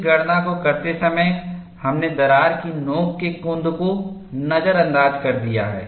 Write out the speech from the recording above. इस गणना को करते समय हमने दरार की नोक के कुंद को नजरअंदाज कर दिया है